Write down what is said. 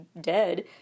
dead